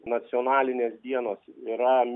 nacionalinės dienos yra